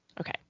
Okay